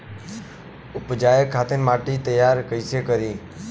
उपजाये खातिर माटी तैयारी कइसे करी?